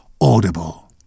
audible